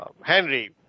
Henry